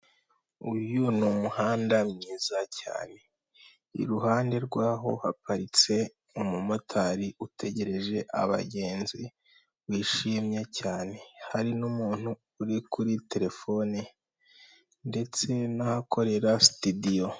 Uyu ni umuhanda mwiza cyane, iruhande rwaho haparitse umumotari utegereje abagenzi bishimye cyane hari n'umuntu uri kuri telefone ndetse n'ahakorera sitidiyo.